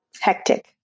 hectic